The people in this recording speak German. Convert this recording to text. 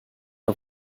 der